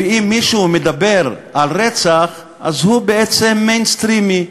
ואם מישהו מדבר על רצח, אז הוא בעצם "מיינסטרימי".